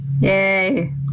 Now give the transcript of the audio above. Yay